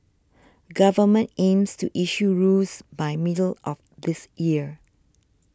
government aims to issue rules by middle of this year